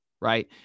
right